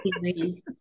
series